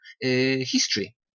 history